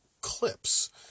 clips